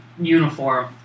uniform